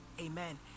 Amen